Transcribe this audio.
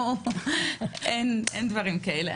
אין דברים כאלה,